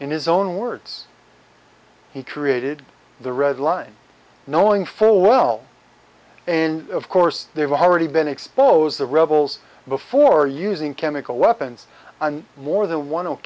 in his own words he created the red line knowing full well and of course they've already been expose the rebels before using chemical weapons on more than one o